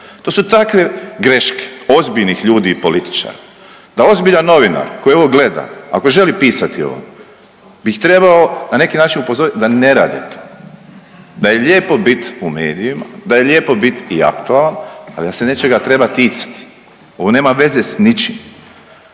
To su takve greške ozbiljnih ljudi i političara da ozbiljan novinar koji ovo gleda, ako želi pisati ovo bi ih trebao na neki način upozoriti da ne rade to, da je lijepo bit u medijima, da je lijepo bit i aktualan ali da se nečega treba ticati. Ovo nema veze sa ničim!